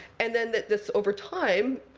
and then that this, over time,